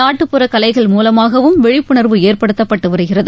நாட்டுப்புற கலைகள் மூலமாகவும் விழிப்புணர்வு ஏற்படுத்தப்பட்டு வருகிறது